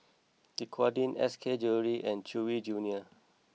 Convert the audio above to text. Dequadin S K Jewellery and Chewy Junior